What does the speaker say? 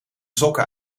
sokken